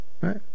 Right